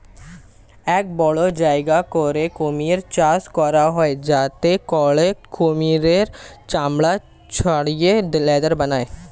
এক বড় জায়গা করে কুমির চাষ করা হয় যাতে করে কুমিরের চামড়া ছাড়িয়ে লেদার বানায়